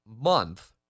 month